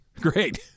Great